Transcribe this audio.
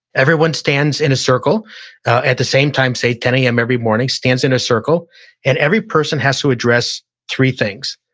everyone stands in a circle at the same time, say ten zero am every morning, stands in a circle and every person has to address three things.